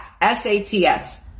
S-A-T-S